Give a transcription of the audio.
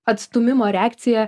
atstūmimo reakcija